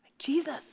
Jesus